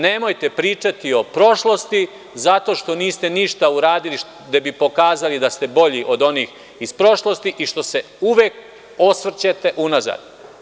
Nemojte pričati o prošlosti, zato što niste ništa uradili gde bi pokazali da ste bolji od onih iz prošlosti i što se uvek osvrćete unazad.